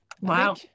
Wow